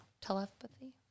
Telepathy